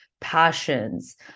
passions